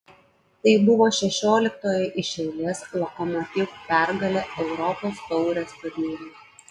tai buvo šešioliktoji iš eilės lokomotiv pergalė europos taurės turnyre